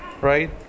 right